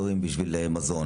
מגנומטרים למזון.